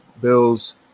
bills